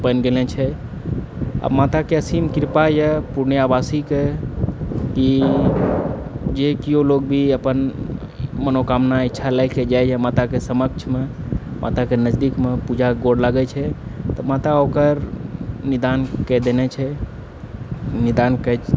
बनि गेल छै आओर माताके असीम कृपा अइ पूर्णियावासीपर कि जे किओ लोक भी अपन मनोकामना इच्छा लऽ कऽ जाइए माताके समक्षमे माताके नजदीकमे पूजाकऽ गोर लागै छै माता ओकर निदान कऽ देने छै निदान कऽ